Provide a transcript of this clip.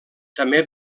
també